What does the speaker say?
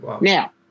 Now